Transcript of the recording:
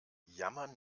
jammern